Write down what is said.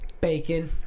Bacon